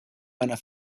meiner